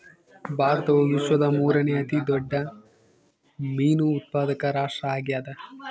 ಭಾರತವು ವಿಶ್ವದ ಮೂರನೇ ಅತಿ ದೊಡ್ಡ ಮೇನು ಉತ್ಪಾದಕ ರಾಷ್ಟ್ರ ಆಗ್ಯದ